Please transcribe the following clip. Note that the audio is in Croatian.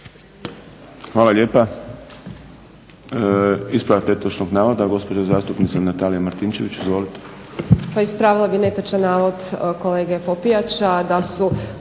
Hvala lijepa. Ispravak netočnog navoda, gospođa zastupnica Natalija Martinčević. Izvolite. **Martinčević, Natalija